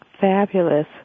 Fabulous